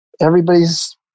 everybody's